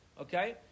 Okay